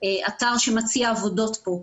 אתר שמציע עבודות פה.